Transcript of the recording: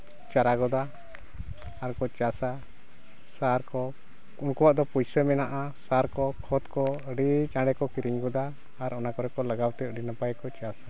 ᱪᱟᱨᱟ ᱜᱚᱫᱟ ᱟᱨ ᱠᱚ ᱪᱟᱥᱟ ᱥᱟᱨ ᱠᱚ ᱩᱱᱠᱩᱣᱟᱜ ᱫᱚ ᱯᱩᱭᱥᱟᱹ ᱢᱮᱱᱟᱜᱼᱟ ᱥᱟᱨ ᱠᱚ ᱠᱷᱚᱛ ᱠᱚ ᱟᱹᱰᱤ ᱪᱟᱬᱮ ᱠᱚ ᱠᱤᱨᱤᱧ ᱜᱚᱫᱟ ᱟᱨ ᱚᱱᱟ ᱠᱚᱨᱮ ᱠᱚ ᱞᱟᱜᱟᱣᱛᱮ ᱟᱹᱰᱤ ᱱᱟᱯᱟᱭ ᱠᱚ ᱪᱟᱥᱟ